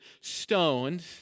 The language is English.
stoned